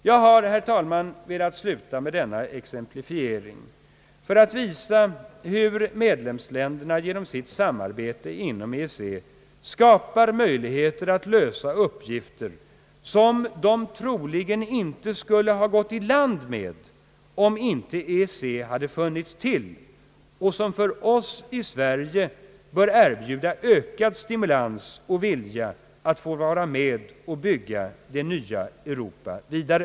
Jag har, herr talman, velat sluta med denna exemplifiering för att visa hur medlemsländerna genom sitt samarbete inom EEC skapar möjligheter att lösa uppgifter, som de troligen inte skulle ha gått i land med om icke EEC hade funnits och som för oss i Sverige bör erbjuda ökad stimulans och vilja att få vara med och bygga det nya Europa vidare,